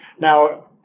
Now